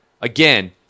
Again